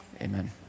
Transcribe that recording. Amen